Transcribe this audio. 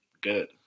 Good